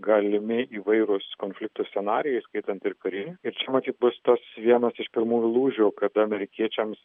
galimi įvairūs konfliktų scenarijai įskaitant ir karinį ir čia matyt bus tas vienas iš pirmųjų lūžių kad amerikiečiams